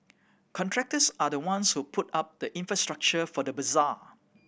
contractors are the ones who put up the infrastructure for the bazaar